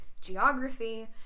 geography